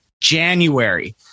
January